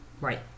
Right